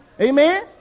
Amen